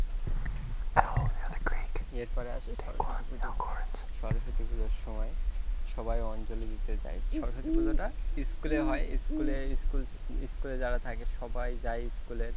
এরপরে আসে সরস্বতী পুজো সরস্বতী পুজোর সময় সবাই অঞ্জলি দিতে যায় সরস্বতী পুজোটা স্কুলে হয় স্কুলে স্কুল স্কুলে যারা থাকে সবাই যায় স্কুলে